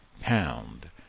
pound